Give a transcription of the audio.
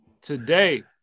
Today